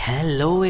Hello